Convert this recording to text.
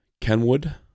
Kenwood